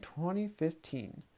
2015